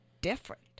different